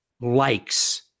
likes